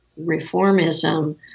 reformism